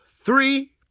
three